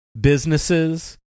businesses